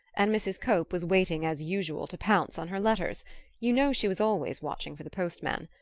and mrs. cope was waiting as usual to pounce on her letters you know she was always watching for the postman.